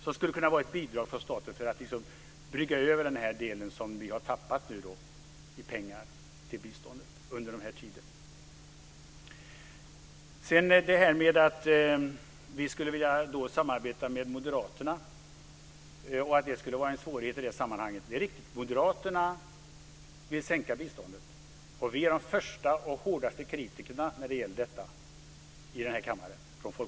Det skulle kunna vara ett bidrag från staten för att brygga över det som vi har tappat i pengar till biståndet under den här tiden. Finansministern säger att det skulle vara en svårighet för oss att samarbeta med Moderaterna. Det är riktigt. Moderaterna vill sänka biståndet, och vi i Folkpartiet är de första och hårdaste kritikerna här i kammaren när det gäller detta.